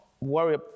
worry